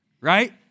right